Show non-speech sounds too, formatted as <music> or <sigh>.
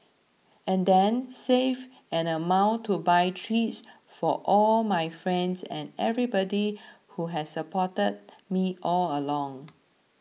and then save an amount to buy treats for all my friends and everybody who has supported me all along <noise>